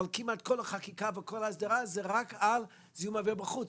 אבל כמעט כל החקיקה וכל ההסדרה היא רק על זיהום אוויר בחוץ.